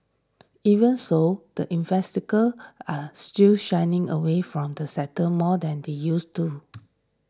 even so the are still shying away from the sector more than they used to